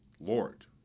Lord